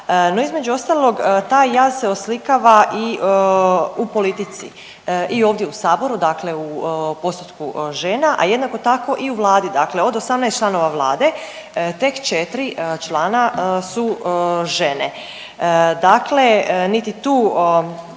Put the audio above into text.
No između ostalog taj jaz se oslikava i u politici i ovdje u Saboru dakle u postotku žena, a jednako tako i u Vladi. Dakle, od 18 članova Vlade tek četri člana su žene, dakle niti tu